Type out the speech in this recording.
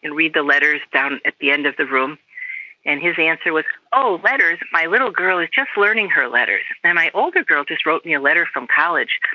and read the letters down at the end of the room and his answer was, oh, letters, my little girl is just learning her letters, and my older girl just wrote me a letter from college,